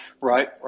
right